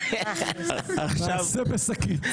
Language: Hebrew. "המעשה בשקית"...